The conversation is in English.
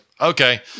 okay